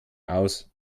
aus